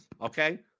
okay